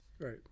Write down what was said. Right